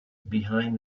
behind